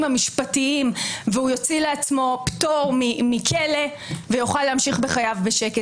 המשפטיים ויוציא לעצמו פטור מכלא ויוכל להמשיך בחייו בשקט.